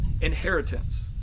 inheritance